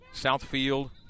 Southfield